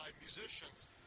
musicians